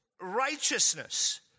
righteousness